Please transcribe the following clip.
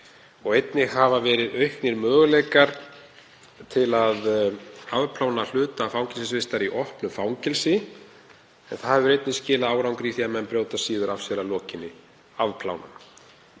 Einnig hafa verið auknir möguleikar til að afplána hluta fangelsisvistar í opnu fangelsi en það hefur einnig skilað árangri í því að menn brjóti síður af sér að lokinni afplánun.